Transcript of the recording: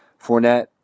Fournette